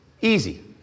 Easy